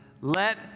let